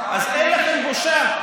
אז אין לכם בושה?